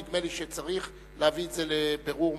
נדמה לי שצריך להביא את זה לבירור מלא.